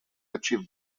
achieve